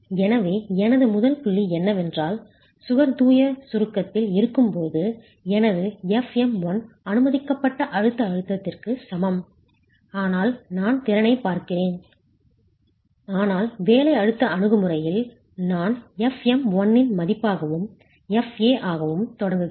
எனவே எனது முதல் புள்ளி என்னவென்றால் சுவர் தூய சுருக்கத்தில் இருக்கும்போது எனது fm1 அனுமதிக்கப்பட்ட அழுத்த அழுத்தத்திற்கு சமம் ஆனால் நான் திறனைப் பார்க்கிறேன் ஆனால் வேலை அழுத்த அணுகுமுறையில் நான் fm1 இன் மதிப்பாகவும் Fa ஆகவும் தொடங்குகிறேன்